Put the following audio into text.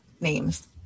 names